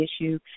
issue